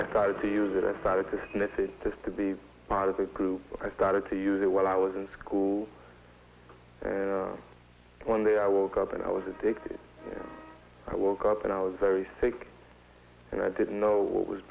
tried to use it i started to sniff it just to be part of the group but i started to use it when i was in school and one day i woke up and i was addicted i woke up and i was very sick and i didn't know what was